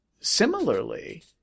similarly